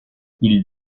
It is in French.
ils